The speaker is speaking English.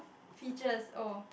features oh